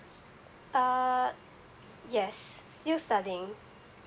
uh yes still studying